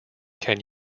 can